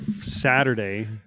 Saturday